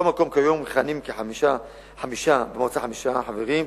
מכל מקום, כיום מכהנים במועצה חמישה חברים,